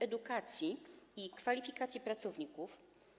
edukacji i kwalifikacji pracowników.